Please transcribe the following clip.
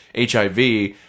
HIV